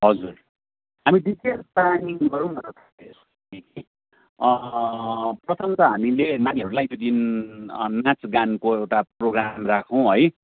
हजुर हामी details planning गरौँ न त प्रथम त हामीले नानीहरूलाई त्यो दिन नाचगानको एउटा प्रोग्राम राखौँ है